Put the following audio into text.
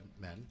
men